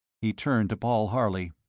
he turned to paul harley.